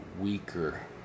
weaker